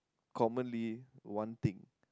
commonly one thing